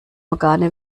organe